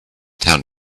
town